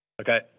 Okay